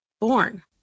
born